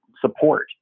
support